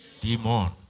demon